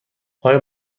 آیا